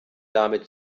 dame